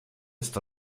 sto